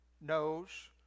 knows